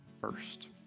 first